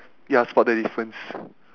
ya spot the difference